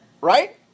Right